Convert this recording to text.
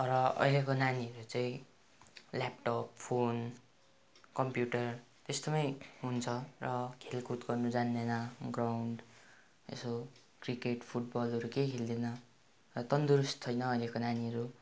र अहिलेको नानीहरू चाहिँ ल्यापटप फोन कम्प्युटर त्यस्तोमै हुन्छ र खेलकुद गर्नु जान्दैन ग्राउन्ड यसो क्रिकेट फुटबलहरू केही खेल्दैन तन्दुरुस्त छैन अहिलेको नानीहरू